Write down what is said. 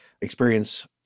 experience